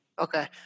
Okay